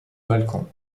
balcon